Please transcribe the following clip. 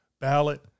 ballot